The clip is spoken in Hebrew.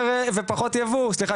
זאת אומרת,